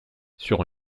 sur